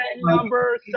Number